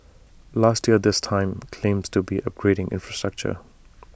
last year this time claims to be upgrading infrastructure